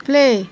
play